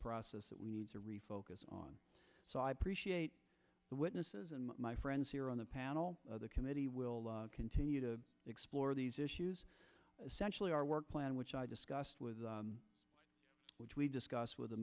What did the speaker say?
process that we need to refocus on so i appreciate the witnesses and my friends here on the panel the committee will continue to explore these issues essential to our work plan which i discussed with which we discussed with the